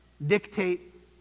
dictate